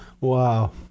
Wow